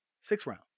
Six-round